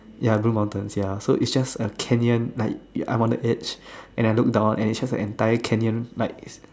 ya bring bottles ya so is just a canyon like I am on the edge and I look down is just the entire canyon like